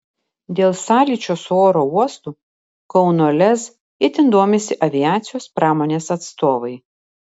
dėl sąlyčio su oro uostu kauno lez itin domisi aviacijos pramonės atstovai